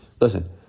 Listen